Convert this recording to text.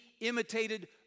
imitated